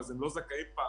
אז הם לא זכאים פעמיים,